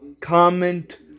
comment